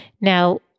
Now